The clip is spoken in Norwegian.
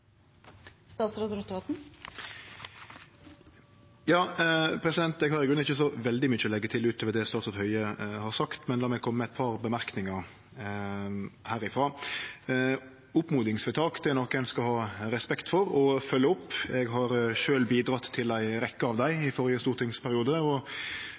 statsråd «en versting», altså det å karakterisere, som denne stortingspresidenten mener er uparlamentarisk ordbruk. Så er det forklart. Replikkordskiftet er omme. Eg har i grunnen ikkje så veldig mykje å leggje til utover det statsråd Høie har sagt, men la meg kome med eit par merknader herifrå. Oppmodingsvedtak er noko ein skal ha respekt for, og følgje opp. Eg har